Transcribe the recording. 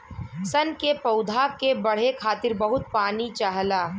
सन के पौधा के बढ़े खातिर बहुत पानी चाहला